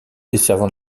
desservant